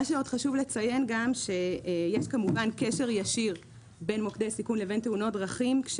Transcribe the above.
חשוב לציין שיש קשר ישיר בין מוקדי סיכון לבין תאונות דרכים,